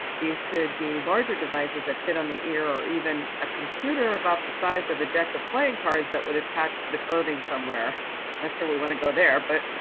these could be larger devices that fit on the ear or even a computer about the size of a deck of playing cards that would attach to clothing somewhere not sure we want to go there. but